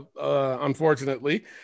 unfortunately